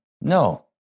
No